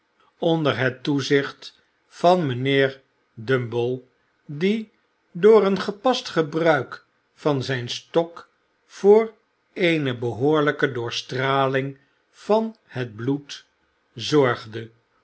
onder het toezicht van mijnheer bumble die door een gepast gebruik van zijn stok voor eene behoorlijke doorstraling van het bloed zorgde